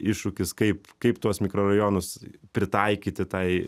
iššūkis kaip kaip tuos mikrorajonus pritaikyti tai